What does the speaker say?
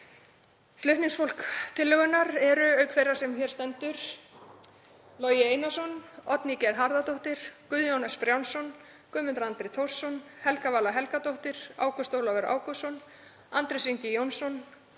Flutningsfólk tillögunnar eru, auk þeirrar sem hér stendur, Logi Einarsson, Oddný G. Harðardóttir, Guðjón S. Brjánsson, Guðmundur Andri Thorsson, Helga Vala Helgadóttir, Ágúst Ólafur Ágústsson, Andrés Ingi Jónsson,